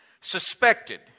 suspected